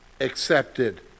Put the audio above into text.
accepted